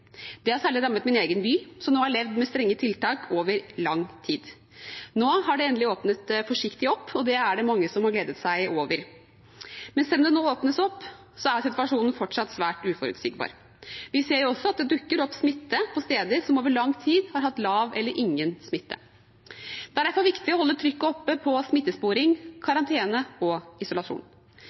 Det har særlig rammet min egen by, som nå har levd med strenge tiltak over lang tid. Nå er det endelig åpnet forsiktig opp, og det er det mange som har gledet seg over, men selv om det nå åpnes opp, er situasjonen fortsatt svært uforutsigbar. Vi ser også at det dukker opp smitte på steder som over lang tid har hatt lav eller ingen smitte. Det er derfor viktig å holde trykket oppe på smitttesporing, karantene og isolasjon.